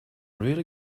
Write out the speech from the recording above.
really